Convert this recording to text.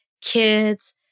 kids